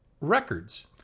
Records